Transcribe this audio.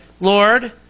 Lord